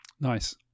Nice